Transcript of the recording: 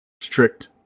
strict